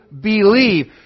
believe